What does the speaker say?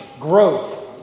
growth